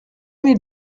mille